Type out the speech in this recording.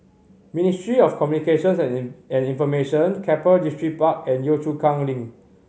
Ministry of Communications and Information Keppel Distripark and Yio Chu Kang Link